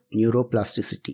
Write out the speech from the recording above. neuroplasticity